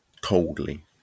coldly